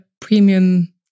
premium